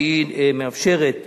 והיא מאפשרת